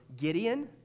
Gideon